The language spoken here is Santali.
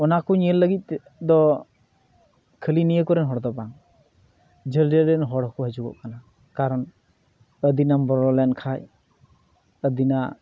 ᱚᱱᱟᱠᱚ ᱧᱮᱞ ᱞᱟᱹᱜᱤᱫᱛᱮ ᱫᱚ ᱠᱷᱟᱹᱞᱤ ᱱᱤᱭᱟᱹᱠᱚᱨᱮᱱ ᱦᱚᱲᱫᱚ ᱵᱟᱝ ᱡᱷᱟᱹᱞ ᱡᱷᱟᱹᱞᱨᱮᱱ ᱦᱚᱲᱦᱚᱸ ᱠᱚ ᱦᱟᱹᱡᱩᱜᱚᱜ ᱠᱟᱱᱟ ᱠᱟᱨᱚᱱ ᱟᱹᱫᱤᱱᱟᱢ ᱵᱚᱞᱚᱞᱮᱱ ᱠᱷᱟᱡ ᱟᱹᱫᱤᱱᱟ